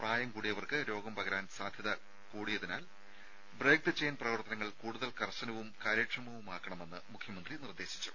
പ്രായം കൂടിയവർക്ക് രോഗം പകരാൻ സാധ്യത കൂടിയതിനാൽ ബ്രെയ്ക്ക് ദ ചെയ്ൻ പ്രവർത്തനങ്ങൾ കൂടുതൽ കർശനവും കാര്യക്ഷമവുമാക്കണമെന്ന് മുഖ്യമന്ത്രി നിർദ്ദേശിച്ചു